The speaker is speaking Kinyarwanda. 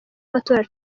y’amatora